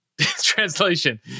Translation